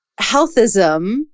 healthism